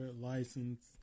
license